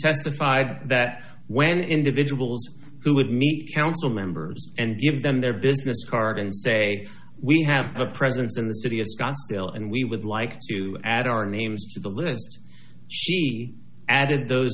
testified that when individuals who would meet council members and give them their business card and say we have a presence in the city it's got still and we would like to add our names to the list she added those